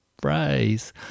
phrase